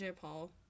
Paul